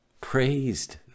praised